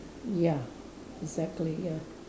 ya exactly ya